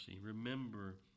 Remember